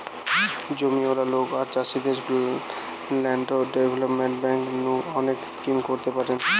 জমিয়ালা লোক আর চাষীদের ল্যান্ড ডেভেলপমেন্ট বেঙ্ক নু অনেক স্কিম করতে পারেন